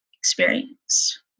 experience